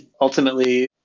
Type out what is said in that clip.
ultimately